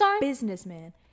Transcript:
businessman